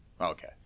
Okay